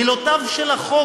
מילותיו של החוק,